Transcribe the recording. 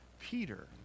Peter